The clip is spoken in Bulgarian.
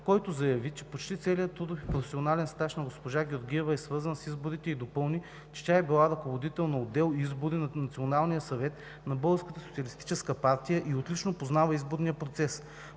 който заяви, че почти целият трудов и професионален стаж на госпожа Георгиева е свързан с изборите и допълни, че тя е била ръководител на отдел „Избори“ на Националния съвет на Българската социалистическа партия и отлично познава изборния процес.